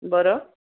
बरं